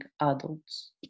adults